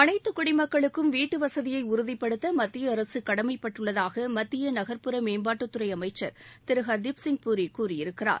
அனைத்து குடிமக்களுக்கும் வீட்டுவசதியை உறுதிப்படுத்த மத்திய அரசு கடமைப்பட்டுள்ளதாக மத்திய நகர்ப்புற மேம்பாட்டுத் துறை அமைச்சர் திரு ஹர்தீப்சிங் பூரி கூறியிருக்கிறார்